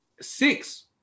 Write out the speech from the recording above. six